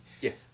yes